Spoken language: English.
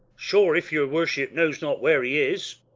sure, if your worship know not where he is,